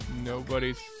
Nobody's